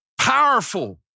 powerful